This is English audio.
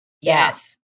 Yes